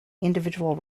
individual